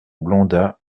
blondats